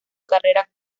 carrera